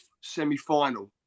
semi-final